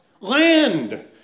Land